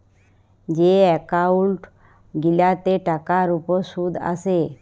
যে এক্কাউল্ট গিলাতে টাকার উপর সুদ আসে